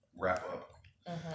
wrap-up